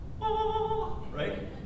Right